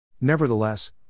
Nevertheless